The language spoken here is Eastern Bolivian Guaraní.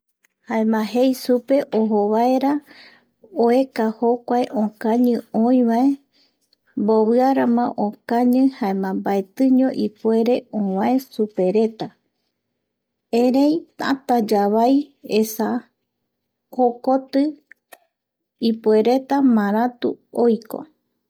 Jaema jei supe ojovaera oeka jokua okañi oi va,e mboviarama okañi jaema mbaetiño ovae supe reta erei tata yavai esa, jokoti ipuereta maratu oiko